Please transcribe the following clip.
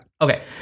Okay